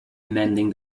mending